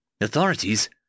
Authorities